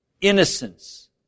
Innocence